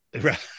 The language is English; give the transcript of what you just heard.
Right